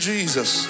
Jesus